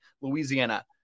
Louisiana